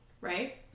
right